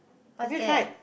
what's that